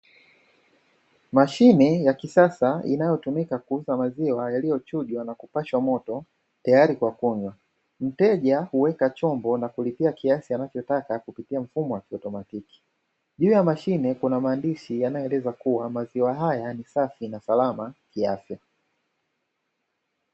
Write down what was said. Mashine ya kisasa inayotumika kuuza maziwa yaliyochujwa na kupashwa moto tayari kwa kunywa mteja huweka chombo na kulipia kiasi anachotaka kupitia mfumo wa kiautomatiki. Juu ya mashine kuna maandishi yanayoeleza kuwa maziwa haya ni safi na salama kiafya.